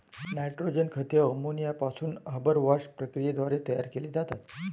nitrogen खते ammonia पासून Haber Bosch प्रक्रियेद्वारे तयार केली जातात